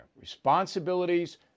responsibilities